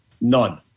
none